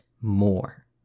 more